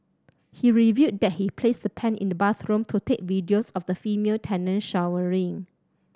he revealed that he placed the pen in the bathroom to take videos of the female tenant showering